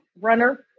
runner